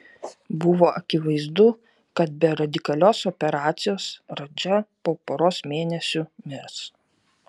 buvo akivaizdu kad be radikalios operacijos radža po poros mėnesių mirs